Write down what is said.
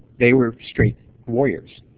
they were straight warriors.